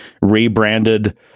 rebranded